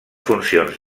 funcions